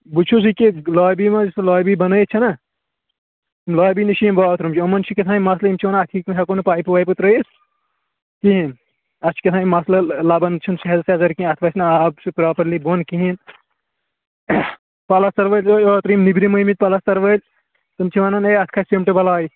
بہٕ چھُس یہِ کہِ لابی منٛز لابی بَنٲیِتھ چھَنا لابی نِش چھِ یِم باتھروٗم چھِ یِمَن چھِ کیٛاہ تانۍ مَسلہٕ یِم چھِ وَنان اَتھ ہیٚکہِ نہٕ ہٮ۪کو نہٕ پایپہٕ وایپہٕ ترٛٲیِتھ کِہیٖنۍ اَتھ چھِ کیٛاہ تانۍ مَسلہٕ لَبن چھُنہٕ صحیح سِیَزَر کیٚنٛہہ اَتھ وَسہِ نہٕ آب سُہ پرٛاپَرلی بۄن کِہیٖنۍ پَلَستر وٲلۍ اوترٕ یِم نیبرِم آمٕتۍ پَلَستَر وٲلۍ تِم چھِ وَنان ہے اَتھ کھسہِ سِیِمٹہٕ بلاے